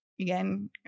again